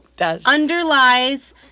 underlies